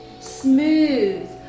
smooth